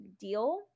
deal